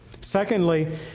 Secondly